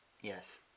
Yes